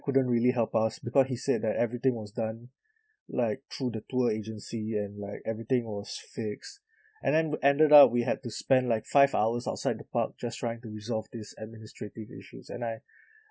couldn't really help us because he said that everything was done like through the tour agency and like everything was fixed and then ended up we had to spend like five hours outside the park just trying to resolve this administrative issues and I